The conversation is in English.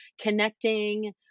connecting